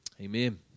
Amen